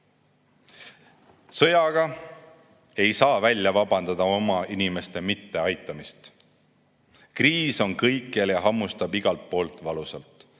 ei saa välja vabandada oma inimeste mitteaitamist. Kriis on kõikjal ja hammustab igalt poolt valusalt: